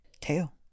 tail